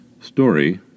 Story